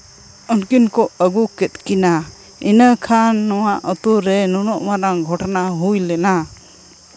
ᱩᱱᱠᱤᱱ ᱠᱚ ᱟᱹᱜᱩ ᱠᱮᱮᱜ ᱠᱤᱱᱟ ᱤᱱᱟᱹ ᱠᱷᱟᱱ ᱱᱚᱣᱟ ᱟᱛᱳ ᱨᱮ ᱱᱩᱱᱟᱹᱜ ᱢᱟᱨᱟᱝ ᱜᱷᱚᱴᱚᱱᱟ ᱦᱩᱭ ᱞᱮᱱᱟ